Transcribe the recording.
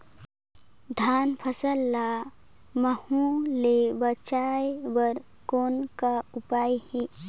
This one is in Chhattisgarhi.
धान फसल ल महू ले बचाय बर कौन का उपाय हे?